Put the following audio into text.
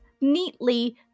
neatly